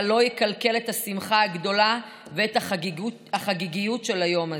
אבל לא יקלקל את השמחה הגדולה ואת החגיגיות של היום הזה.